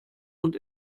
und